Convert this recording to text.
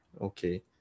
Okay